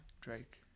Drake